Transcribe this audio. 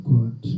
God